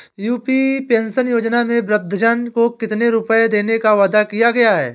UP pension योजना में वृद्धजन को कितनी रूपये देने का वादा किया गया है?